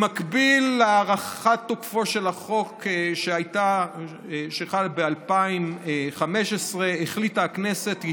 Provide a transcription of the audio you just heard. במקביל להארכת תוקפו של החוק שחלה ב-2015 החליטה הכנסת כי